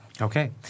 Okay